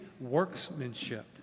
workmanship